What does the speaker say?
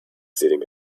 sitting